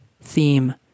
theme